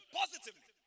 positively